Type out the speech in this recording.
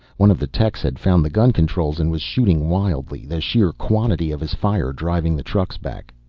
one of the techs had found the gun controls and was shooting wildly, the sheer quantity of his fire driving the trucks back.